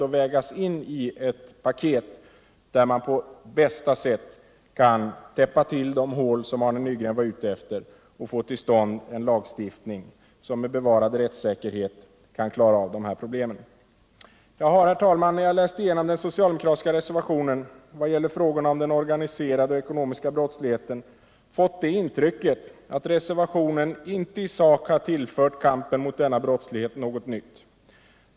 Det måste ingå i ett paket, där man på bästa sätt kan täppa till de hål som Arne Nygren var ute efter och få till stånd en lagstiftning som med bevarad rättssäkerhet kan lösa dessa problem. Jag har, herr talman, när jag läst igenom den socialdemokratiska reservationen om den organiserade, ekonomiska brottsligheten fått intrycket att reservationen i sak inte har tillfört kampen mot denna brottslighet något nytt.